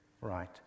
right